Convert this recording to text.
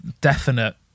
definite